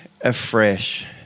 afresh